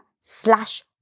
slash